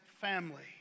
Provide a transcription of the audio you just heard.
family